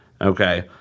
Okay